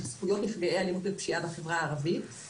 זכויות נפגעי אלימות ופשיעה בחברה הערבית.